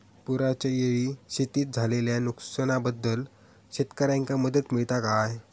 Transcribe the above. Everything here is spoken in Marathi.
पुराच्यायेळी शेतीत झालेल्या नुकसनाबद्दल शेतकऱ्यांका मदत मिळता काय?